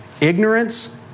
ignorance